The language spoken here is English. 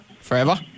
forever